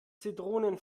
zitronen